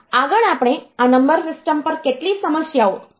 આગળ આપણે આ નંબર સિસ્ટમ પર કેટલીક સમસ્યાઓ હલ કરવાનો પ્રયાસ કરીશું